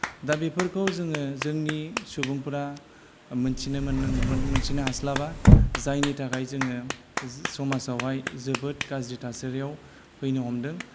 दा बेफोरखौ जोङो जोंनि सुबुंफोरा मोन्थिनो हास्लाबा जायनि थाखाय जोङो समाजावहाय जोबोद गाज्रि थासारियाव फैनो हमदों